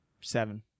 Seven